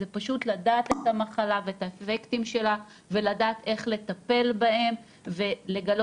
זה פשוט לדעת את המחלה ואת האפקטים שלה ולדעת איך לטפל בהם ולגלות